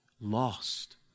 lost